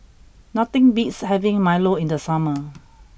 nothing beats having Milo in the summer